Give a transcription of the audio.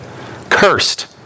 cursed